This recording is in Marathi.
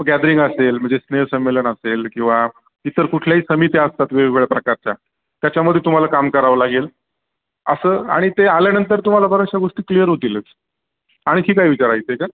गॅदरिंग असेल म्हणजे स्नेहसंमेलन असेल किवा इतर कुठल्याही समित्या असतात वेगवेगळ्या प्रकारच्या त्याच्यामध्ये तुम्हाला काम करावं लागेल असं आणि ते आल्यानंतर तुम्हाला बऱ्याचशा गोष्टी क्लिअर होतीलच आणखी काही विचारायचं का